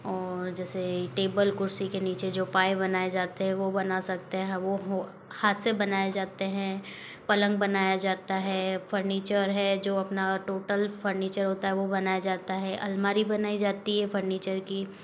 और जैसे टेबल कुर्सी के नीचे जो पाए बनाए जाते है वो बना सकते हैं वो हाथ से बनाए जाते है पलंग बनाया जाता है फर्नीचर है जो अपना टोटल फर्नीचर होता है वो बनाया जाता है अलमारी बनाई जाती है फर्नीचर की